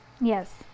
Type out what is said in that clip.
Yes